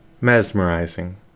Mesmerizing